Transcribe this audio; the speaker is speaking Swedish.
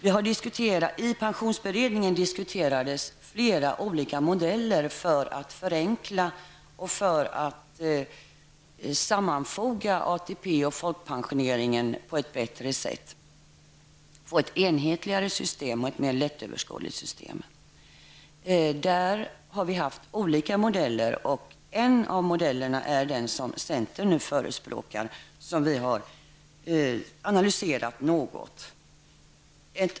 I pensionsberedningen diskuterades flera olika modeller för att förenkla och för att sammanfoga ATP och folkpensioneringen på ett bättre sätt, för att få ett enhetligare och mera lättöverskådligt system. En av modellerna är den som centern förespråkar och som vi har analyserat något.